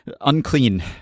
unclean